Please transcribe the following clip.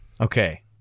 Okay